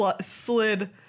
slid